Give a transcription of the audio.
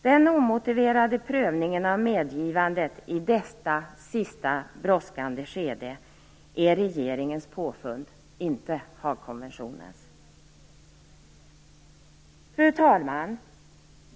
Den omotiverade prövningen av medgivandet i detta sista, brådskande skede är regeringens påfund - inte Haagkonventionens. Fru talman!